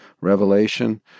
revelation